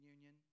Union